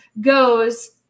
goes